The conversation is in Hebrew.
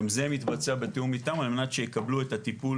גם זה מתבצע בתיאום איתם על מנת שיקבלו את הטיפול